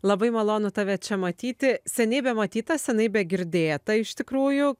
labai malonu tave čia matyti seniai bematyta senai begirdėta iš tikrųjų